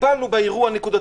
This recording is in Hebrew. טיפלנו באירוע הנקודתי.